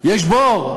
יש בור.